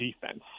defense